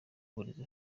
uburezi